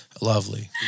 Lovely